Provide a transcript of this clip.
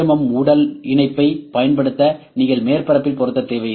M உடல் இணைப்பைப் பயன்படுத்த நீங்கள் மேற்பரப்பில் பொருத்த தேவையில்லை